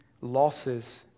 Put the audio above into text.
losses